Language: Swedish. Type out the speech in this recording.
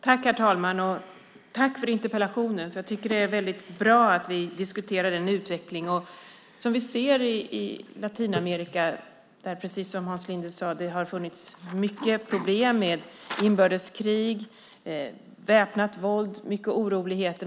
Herr talman! Jag tackar Hans Linde för interpellationen. Jag tycker att det är bra att vi diskuterar den utveckling som vi ser i Latinamerika där det, precis som Hans Linde sade, har funnits mycket problem med inbördeskrig, väpnat våld och oroligheter.